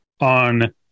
on